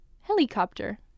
Helicopter